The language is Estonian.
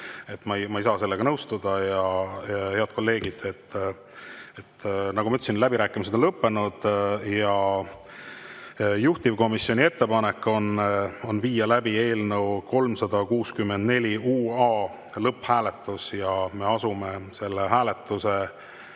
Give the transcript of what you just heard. Ma ei saa sellega nõustuda. Head kolleegid, nagu ma ütlesin, läbirääkimised on lõppenud. Juhtivkomisjoni ettepanek on viia läbi eelnõu 364 UA lõpphääletus. Me asume selle hääletuse